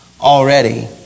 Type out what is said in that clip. already